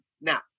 Now